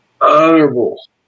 honorable